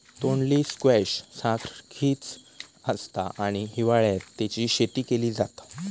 तोंडली स्क्वैश सारखीच आसता आणि हिवाळ्यात तेची शेती केली जाता